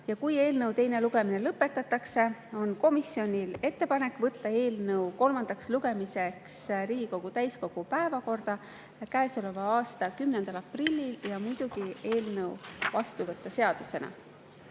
kui eelnõu teine lugemine lõpetatakse, on komisjonil ettepanek võtta eelnõu kolmandaks lugemiseks Riigikogu täiskogu päevakorda käesoleva aasta 10. aprillil ja muidugi eelnõu seadusena